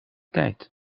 tijd